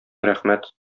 рәхмәт